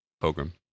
Pogrom